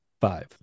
Five